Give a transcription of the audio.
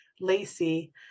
Lacey